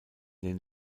den